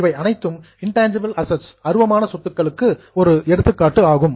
இவை அனைத்தும் intangible assets அருவமான சொத்துக்களுக்கு ஒரு எடுத்துக்காட்டு ஆகும்